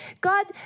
God